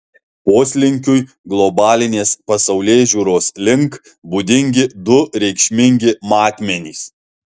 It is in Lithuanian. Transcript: poslinkiui globalinės pasaulėžiūros link būdingi du reikšmingi matmenys